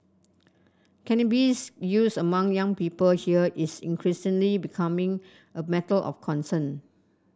cannabis use among young people here is increasingly becoming a matter of concern